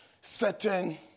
setting